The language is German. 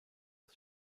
das